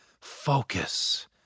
Focus